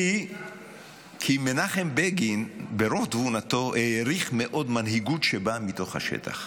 כי מנחם בגין ברוב תבונתו העריך מאוד מנהיגות שבאה מתוך השטח.